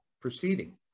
proceeding